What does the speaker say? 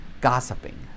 Gossiping